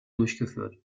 durchgeführt